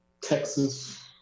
Texas